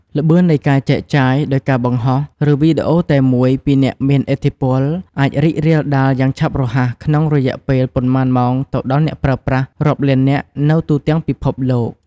ល្បឿននៃការចែកចាយដោយការបង្ហោះឬវីដេអូតែមួយពីអ្នកមានឥទ្ធិពលអាចរីករាលដាលយ៉ាងឆាប់រហ័សក្នុងរយៈពេលប៉ុន្មានម៉ោងទៅដល់អ្នកប្រើប្រាស់រាប់លាននាក់នៅទូទាំងពិភពលោក។